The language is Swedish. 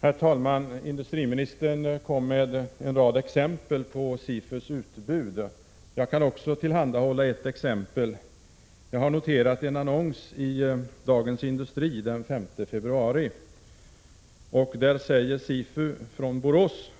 Herr talman! Industriministern gav en rad exempel på SIFU:s utbud. Också jag kan tillhandahålla ett exempel. Jag har nämligen uppmärksammat en annons i Dagens Industri den 5 februari. Där säger man från SIFU:s huvudkontor i Borås: